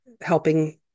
helping